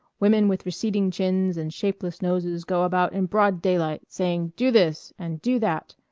women with receding chins and shapeless noses go about in broad daylight saying do this! and do that!